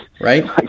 Right